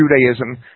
Judaism